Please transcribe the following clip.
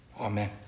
Amen